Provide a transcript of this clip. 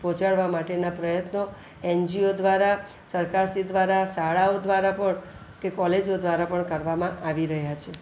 પહોંચાડવા માટેના પ્રયત્નો એનજીઓ દ્વારા સરકાર શ્રી દ્વારા શાળાઓ દ્વારા પણ કે કોલેજો દ્વારા પણ કરવામાં આવી રહ્યા છે